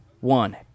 one